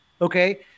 Okay